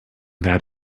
that